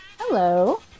Hello